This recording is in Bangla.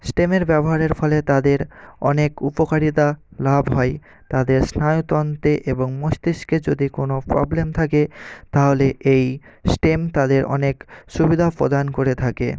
স্টেমের ব্যবহারের ফলে তাদের অনেক উপকারিতা লাভ হয় তাদের স্নায়ুতন্ত্রে এবং মস্তিষ্কে যদি কোনো প্রবলেম থাকে তাহলে এই স্টেম তাদের অনেক সুবিধা প্রদান করে থাকে